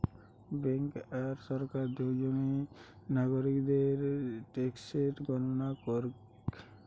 bank আর সরকার দুজনেই নাগরিকদের ট্যাক্সের গণনা করেক